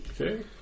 Okay